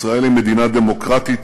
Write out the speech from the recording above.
ישראל היא מדינה דמוקרטית,